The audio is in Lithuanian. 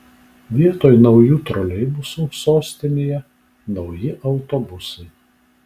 vietoj naujų troleibusų sostinėje nauji autobusai